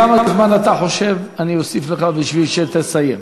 כמה זמן אתה חושב שאני אוסיף לך בשביל שתסיים?